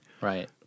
Right